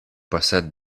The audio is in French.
possède